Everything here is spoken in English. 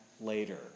later